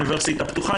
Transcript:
אוניברסיטה פתוחה,